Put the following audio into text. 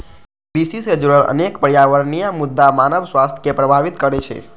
कृषि सं जुड़ल अनेक पर्यावरणीय मुद्दा मानव स्वास्थ्य कें प्रभावित करै छै